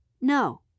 No